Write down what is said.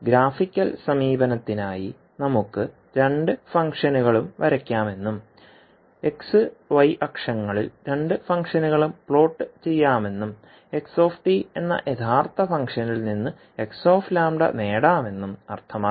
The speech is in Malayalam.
ഗ്രാഫിക്കൽ സമീപനത്തിനായി നമുക്ക് രണ്ട് ഫംഗ്ഷനുകളും വരയ്ക്കാം എന്നും xy അക്ഷങ്ങളിൽ രണ്ട് ഫംഗ്ഷനുകളും പ്ലോട്ട് ചെയ്യാമെന്നും x എന്ന യഥാർത്ഥ ഫംഗ്ഷനിൽ നിന്ന് x λ നേടാമെന്നും അർത്ഥമാക്കണം